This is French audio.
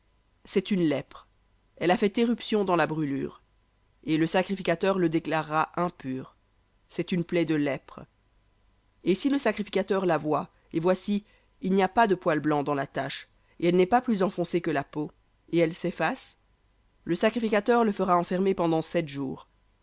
c'est une lèpre elle a fait éruption dans la brûlure et le sacrificateur le déclarera impur c'est une plaie de lèpre et si le sacrificateur la voit et voici il n'y a pas de poil blanc dans la tache et elle n'est pas plus enfoncée que la peau et elle s'efface le sacrificateur le fera enfermer pendant sept jours